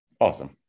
Awesome